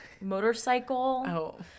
motorcycle